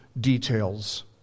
details